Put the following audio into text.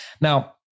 Now